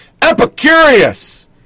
Epicurious